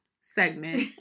segment